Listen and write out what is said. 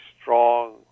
strong